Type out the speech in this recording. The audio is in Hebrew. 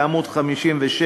לעמוד 57,